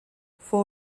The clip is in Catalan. fou